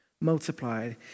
multiplied